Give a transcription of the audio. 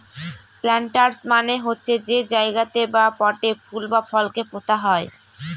planters মানে হচ্ছে যে জায়গাতে বা পটে ফুল বা ফলকে পোতা হয়